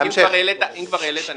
אם כבר העלית נקודה,